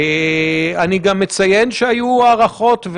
אני גם אציין שהיו הערכות,